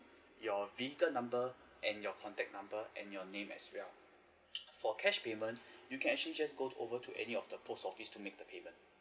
your vehicle number and your contact number and your name as well for cash payment you can actually just go to over to any of the post office to make the payment